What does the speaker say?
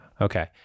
okay